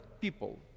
people